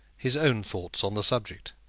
his own thoughts on the subject.